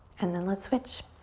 and then let's switch.